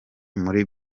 muri